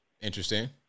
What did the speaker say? Interesting